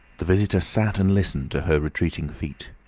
the visitor sat and listened to her retreating feet.